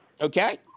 Okay